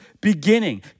Beginning